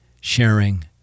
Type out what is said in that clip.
sharing